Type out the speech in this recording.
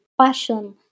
passion